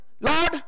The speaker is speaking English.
Lord